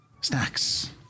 Snacks